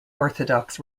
orthodox